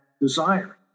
desire